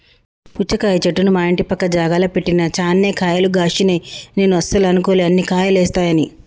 పుచ్చకాయ చెట్టును మా ఇంటి పక్క జాగల పెట్టిన చాన్నే కాయలు గాశినై నేను అస్సలు అనుకోలే అన్ని కాయలేస్తాయని